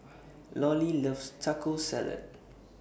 Lollie loves Taco Salad